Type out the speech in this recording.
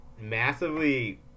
massively